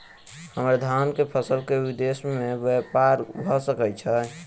हम्मर धान केँ फसल केँ विदेश मे ब्यपार भऽ सकै छै?